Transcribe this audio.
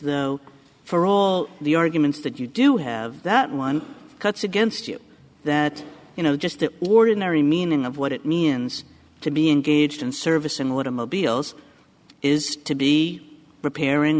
though for all the arguments that you do have that one cuts against you that you know just the ordinary meaning of what it means to be engaged in service and what immobile is to be repairing